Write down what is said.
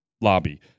lobby